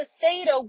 theta